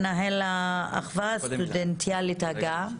מנהל האחווה הסטודנטיאלית הגאה.